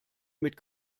mit